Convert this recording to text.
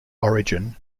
origin